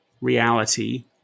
reality